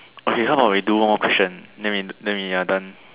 okay how about we do one more question then we then we are done